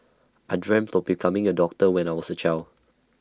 I dreamt of becoming A doctor when I was A child